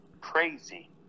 crazy